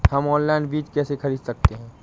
हम ऑनलाइन बीज कैसे खरीद सकते हैं?